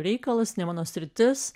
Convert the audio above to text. reikalas ne mano sritis